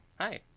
Hi